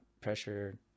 Pressure